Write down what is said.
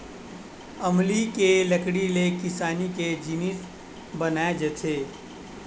अमली के लकड़ी ले किसानी के जिनिस बनाए जाथे